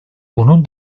bunun